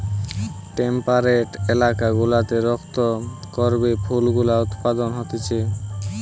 temperate এলাকা গুলাতে রক্ত করবি ফুল গুলা উৎপাদন হতিছে